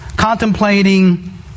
contemplating